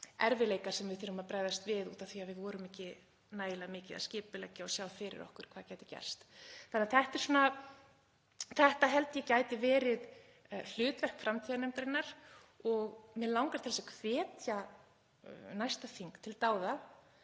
erfiðleika sem við þurfum að bregðast við út af því að við vorum ekki nægilega mikið að skipuleggja og sjá fyrir okkur hvað gæti gerst. Þetta gæti verið hlutverk framtíðarnefndarinnar og mig langar til að hvetja næsta þing til dáða